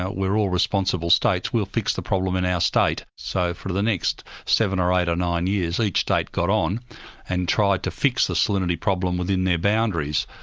we're all responsible states, we'll fix the problem in our state. so for the next seven or eight or nine years, each state got on and tried to fix the salinity problem within their boundaries.